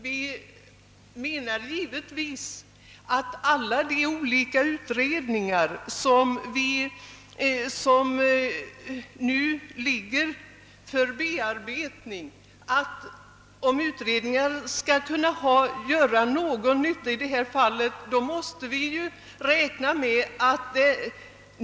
Vi menar givetvis att de olika utredningar som nu arbetar skall föreslå åtgärder som kan leda till positiva resultat.